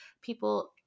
people